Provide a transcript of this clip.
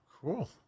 Cool